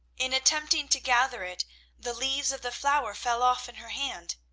in attempting to gather it the leaves of the flower fell off in her hand.